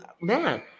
man